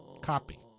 Copy